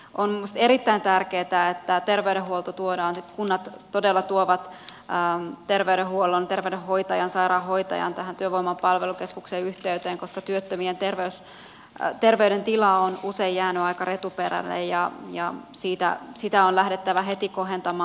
on minun mielestäni erittäin tärkeätä että terveydenhuolto tuodaan kunnat todella tuovat terveydenhuollon terveydenhoitajan sairaanhoitajan työvoiman palvelukeskuksen yhteyteen koska työttömien terveydentila on usein jäänyt aika retuperälle ja sitä on lähdettävä heti kohentamaan